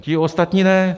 Ti ostatní ne.